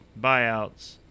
buyouts